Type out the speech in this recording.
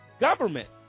government